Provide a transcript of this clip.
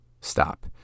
stop